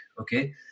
okay